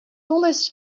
almost